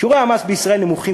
שיעורי המס בישראל נמוכים,